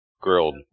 grilled